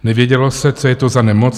Nevědělo se, co je to za nemoc.